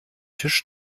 tisch